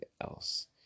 else